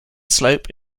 slope